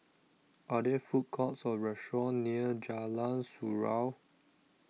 Are There Food Courts Or restaurants near Jalan Surau